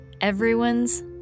everyone's